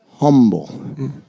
Humble